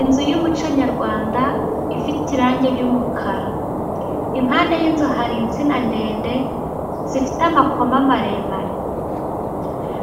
Inzu y'umuco nyarwanda, ifite irangi ry'mukara. Impande y'inzu hari insina ndende zifite amakoma maremare.